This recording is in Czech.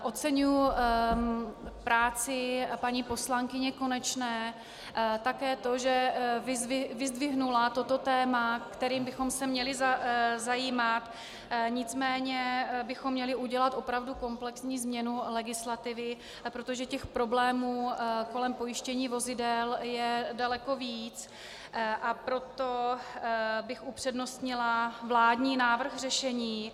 Oceňuji práci paní poslankyně Konečné a také to, že vyzdvihla toto téma, kterým bychom se měli zabývat, nicméně bychom měli udělat opravdu komplexní změnu legislativy, protože problémů kolem pojištění vozidel je daleko víc, a proto bych upřednostnila vládní návrh řešení.